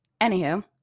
anywho